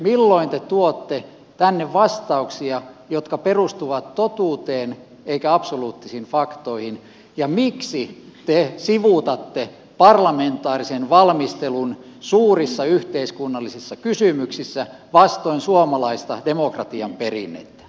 milloin te tuotte tänne vastauksia jotka perustuvat totuuteen eikä absoluuttisiin faktoihin ja miksi te sivuutatte parlamentaarisen valmistelun suurissa yhteiskunnallisissa kysymyksissä vastoin suomalaista demokratian perinnettä